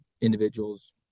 individuals